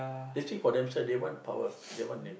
they seek for themselves they want power they want name